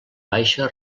baixa